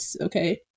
okay